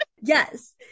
yes